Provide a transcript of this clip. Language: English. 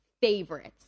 favorites